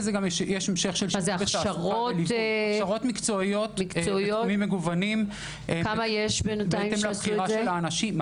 מדובר בהכשרות מקצועיות בתחומים מגוונים בהתאם לבחירה של האנשים.